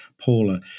Paula